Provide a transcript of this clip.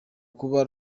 kuba